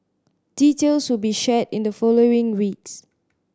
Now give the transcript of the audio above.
details will be shared in the following weeks